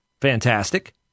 Fantastic